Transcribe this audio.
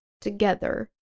together